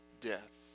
death